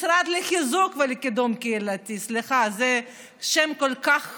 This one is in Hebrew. משרד לחיזוק ולקידום קהילתי, סליחה, זה שם כל כך